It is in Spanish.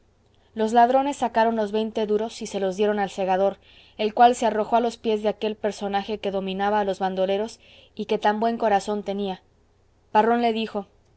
los ladrones sacaron los veinte duros y se los dieron al segador el cual se arrojó a los pies de aquel personaje que dominaba a los bandoleros y que tan buen corazón tenía parrón le dijo